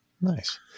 Nice